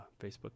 Facebook